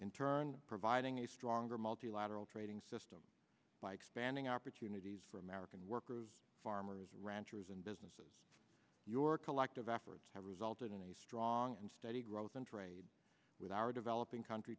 turn providing a stronger multilateral trading system by expanding opportunities for american workers farmers and ranchers and businesses your collective efforts have resulted in a strong and steady growth in trade with our developing country